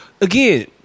again